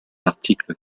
article